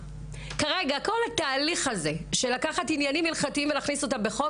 כרגע כל התהליך הזה של לקחת עניינים הלכתיים ולהכניס אותם בחוק,